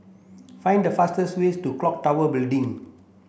find the fastest way to Clock Tower Building